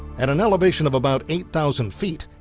at an elevation of about eight thousand feet,